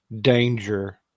danger